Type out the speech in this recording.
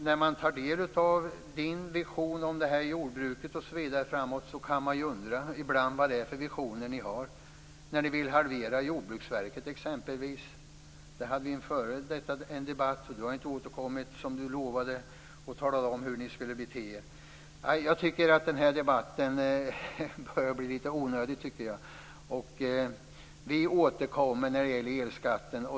När man tar del av Harald Nordlunds vision om jordbruket kan man undra vad det är för visioner ni har när ni exempelvis vill halvera Jordbruksverket. Det hade vi en debatt om förut. Harald Nordlund har inte återkommit, som han lovade, och talat om hur ni skulle bete er. Jag tycker att den här debatten börjar bli lite onödig. Vi återkommer när det gäller elskatten.